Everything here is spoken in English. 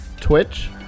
Twitch